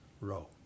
row